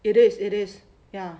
it is it is ya